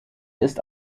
ist